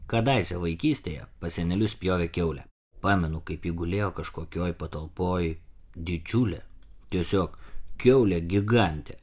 kadaise vaikystėje pas senelius pjovė kiaulę pamenu kaip ji gulėjo kažkokioj patalpoj didžiulė tiesiog kiaulė gigantė